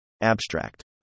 Abstract